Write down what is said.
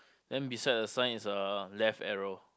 then beside the sign is a left arrow